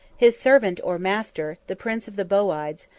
his servant or master, the prince of the bowides,